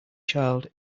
child